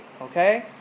okay